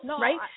right